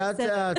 לאט-לאט.